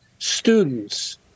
Students